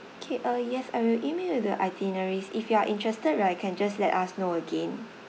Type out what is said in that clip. K uh yes I will email you the itineraries if you are interested right can just let us know again